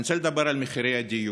אני רוצה לדבר על מחירי הדיור.